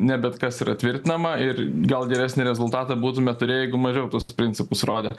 ne bet kas yra tvirtinama ir gal geresnį rezultatą būtume turėję jeigu mažiau tuos principus rodė